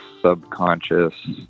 subconscious